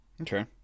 okay